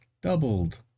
doubled